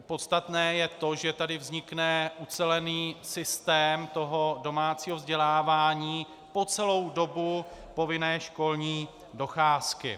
Podstatné je to, že tady vznikne ucelený systém toho domácího vzdělávání po celou dobu povinné školní docházky.